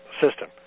system